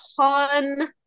ton